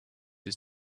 his